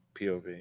pov